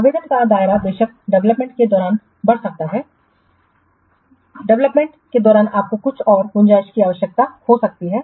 आवेदन का दायरा बेशक डेवलपमेंट के दौरान बढ़ सकता है डेवलपमेंट के दौरान आपको कुछ और गुंजाइश की आवश्यकता हो सकती है